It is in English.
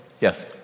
Yes